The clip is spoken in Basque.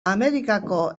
amerikako